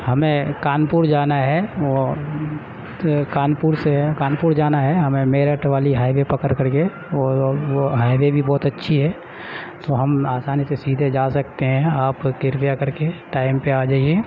ہمیں کان پور جانا ہے تو کان پور سے کان پور جانا ہے ہمیں میرٹھ والی ہائی وے پکڑ کر کے وہ وہ ہائی وے بھی بہت اچھی ہے تو ہم آسانی سے سیدھے جا سکتے ہیں آپ کرپیا کر کے ٹائم پہ آ جائیے